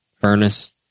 furnace